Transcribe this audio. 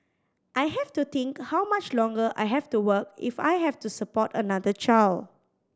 I have to think how much longer I have to work if I have to support another child